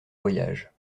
voyage